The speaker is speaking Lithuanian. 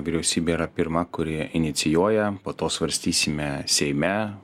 vyriausybė yra pirma kuri inicijuoja po to svarstysime seime